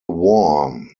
war